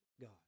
God